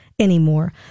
Anymore